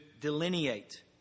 delineate